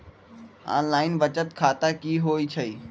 Online बचत खाता की होई छई?